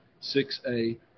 6A